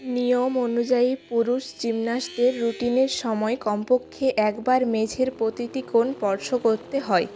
নিয়ম অনুযায়ী পুরুষ জিমনাস্টদের রুটিনের সময় কমপক্ষে একবার মেঝের প্রতিটি কোণ স্পর্শ করতে হয়